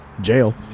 Jail